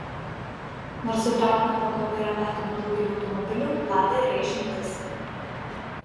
nors hidraulinė pakaba yra taikoma daugeliui automobilių lada yra išimtis